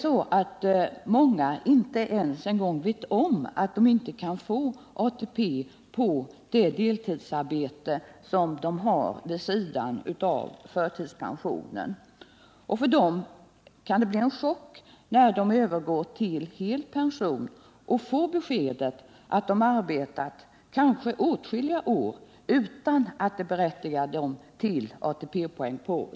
Många vet inte ens om att de inte kan få ATP-poäng på det deltidsarbete som de har vid sidan av förtidspensionen. För dem kan det blien chock, när de övergår till hel pension och får beskedet att de arbetat i kanske åtskilliga år utan att detta har berättigat dem till ATP-poäng.